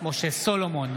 משה סולומון,